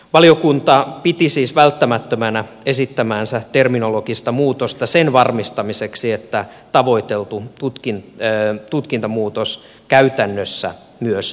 valiokunta piti siis välttämättömänä esittämäänsä terminologista muutosta sen varmistamiseksi että tavoiteltu tulkintamuutos käytännössä myös toteutuu